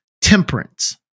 temperance